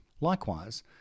Likewise